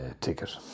ticket